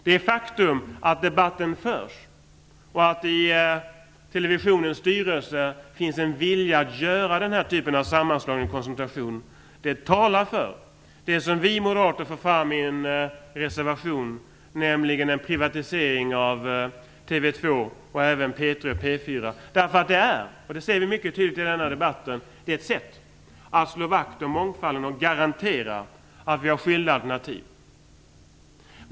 Det faktum att debatten förs och att det i televisionens styrelse finns en vilja att göra den här typen av sammanslagning och koncentration talar för det som vi moderater för fram i en reservation, nämligen en privatisering av TV 2 och även av P 3 och P 4. Det är nämligen, som vi tydligt märker i denna debatt, ett sätt att slå vakt om mångfalden och garantera att det finns skilda alternativ.